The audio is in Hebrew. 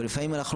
ולפעמים אנחנו,